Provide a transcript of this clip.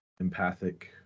empathic